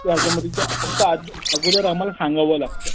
त्याच्यामध्ये त्या फक्त आद् अगोदर आम्हाला सांगावं लागतं